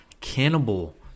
cannibal